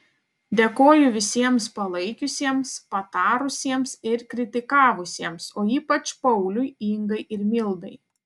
dėkoju visiems palaikiusiems patarusiems ir kritikavusiems o ypač pauliui ingai ir mildai